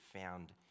found